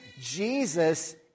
Jesus